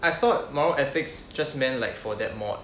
I thought moral ethics just meant like for that mod